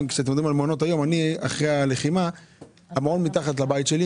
מעון היום של הבן שלי נמצא מתחת לבית שלי,